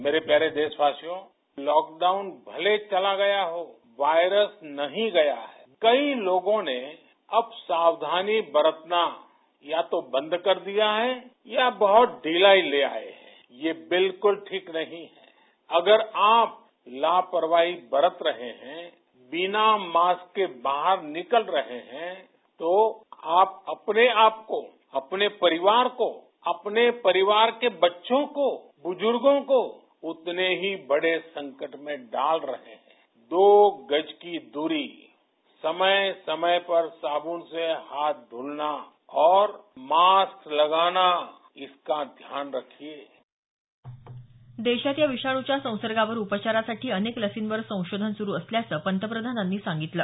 मेरे प्यारे देशवासियों लॉकडाऊन भले ही चला गया हो वायरस नही गया कई लोगों नें अब सावधानी बरतना या तो बंद कर दिया है या बहोत ढिलाई लिया है ये बिलक्ल ठिक नहीं अगर आप लापरवाही बरत रहे हैं बिना मास्क के बाहर निकल रहे हैं तो आप अपने आप को अपने परिवार को अपने परिवार के बच्चों को बुजुर्गों को उतने ही बडे संकट मे डाल रहे है दो गज की दरी समय समय पे साबून से हाथ धोना और मास्क लगाना इसका ध्यान रखें देशात या विषाणूच्या संसर्गावर उपचारासाठी अनेक लसींवर संशोधन सुरू असल्याचं त्यांनी सांगितलं